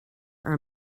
are